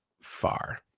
far